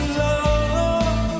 love